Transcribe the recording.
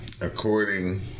According